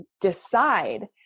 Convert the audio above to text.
decide